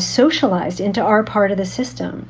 socialized into our part of the system.